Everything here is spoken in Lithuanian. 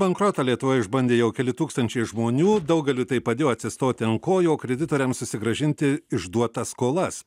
bankrotą lietuvoje išbandė jau keli tūkstančiai žmonių daugeliui tai padėjo atsistoti ant kojų o kreditoriam susigrąžinti išduotas skolas